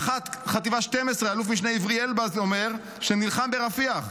מפקד חטיבה 12, אלוף משנה עברי אלבז, שנלחם ברפיח,